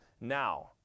now